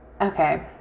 okay